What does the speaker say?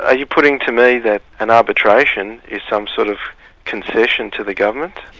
ah you putting to me that an arbitration is some sort of concession to the government?